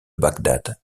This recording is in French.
bagdad